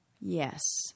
Yes